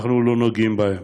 אנחנו לא נוגעים בהם,